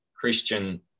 christian